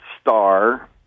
star